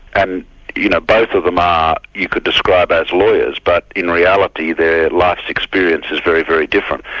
and you know both of them ah you could describe as lawyers, but in reality their life's experience is very, very different.